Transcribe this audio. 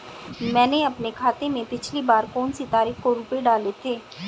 मैंने अपने खाते में पिछली बार कौनसी तारीख को रुपये डाले थे?